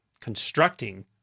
constructing